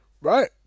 right